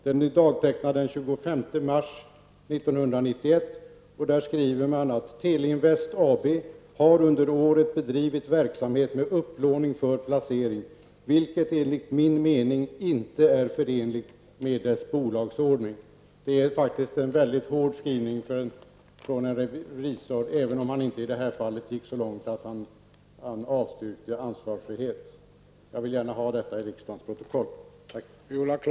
Den är dagtecknad den 25 mars 1991, och där framhålls: Teleinvest AB har under året bedrivit verksamhet med upplåning för placering, vilket enligt min mening inte är förenligt med dess bolagsordning. Detta är faktiskt en mycket hård skrivning från en revisor, även om han i det här fallet inte gick så långt att han avstyrkte ansvarsfrihet. Jag vill gärna att detta förs till riksdagens protokoll.